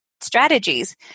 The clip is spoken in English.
strategies